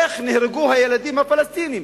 איך נהרגו הילדים הפלסטינים,